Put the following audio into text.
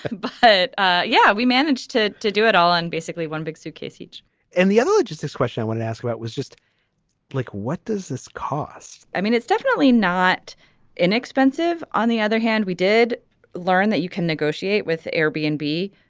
but yeah we managed to to do it all in basically one big suitcase each and the other one just this question i want to ask about was just like what does this cost i mean it's definitely not inexpensive. on the other hand we did learn that you can negotiate with air b and b